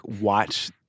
watch